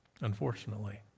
unfortunately